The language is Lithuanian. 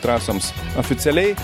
trasoms oficialiai